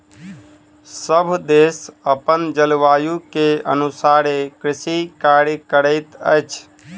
सभ देश अपन जलवायु के अनुसारे कृषि कार्य करैत अछि